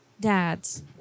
dads